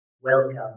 Welcome